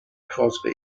crosby